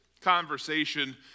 conversation